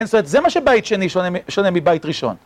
זה מה שבית שני שונה מ, שונה מבית ראשון.